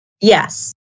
Yes